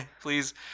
Please